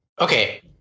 okay